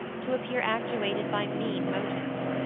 to appear actuated by mean motives.